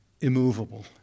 immovable